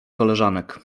koleżanek